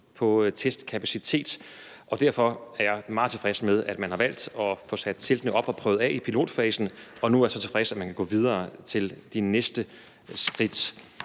til testkapacitet. Derfor er jeg meget tilfreds med, at man har valgt at få sat teltene op og prøvet det af i pilotfasen og nu er så tilfreds, at man kan gå videre til de næste skridt.